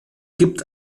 gibt